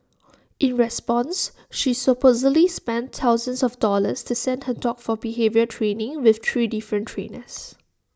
in response she supposedly spent thousands of dollars to send her dog for behaviour training with three different trainers